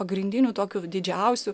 pagrindiniu tokiu didžiausiu